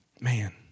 Man